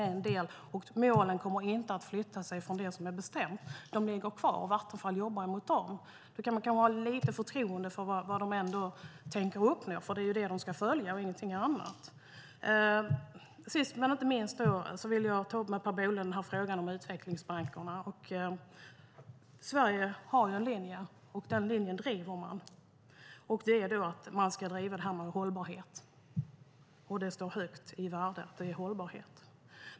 Och de mål som har bestämts kommer inte att ändras. De ligger kvar och Vattenfall jobbar för att uppnå dem. Då kanske man kan ha lite förtroende för vad Vattenfall ändå tänker uppnå. Det är ju dessa mål och ingenting annat som de ska följa. Sist men inte minst vill jag med anledning av det som Per Bolund sade ta upp frågan om utvecklingsbankerna. Sverige har en linje som man driver, och den handlar om hållbarhet. Hållbarhet står högt i värde.